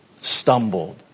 stumbled